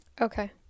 okay